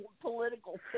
political